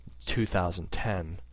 2010